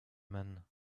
man